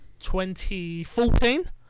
2014